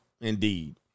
Indeed